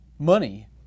Money